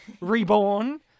reborn